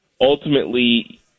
Ultimately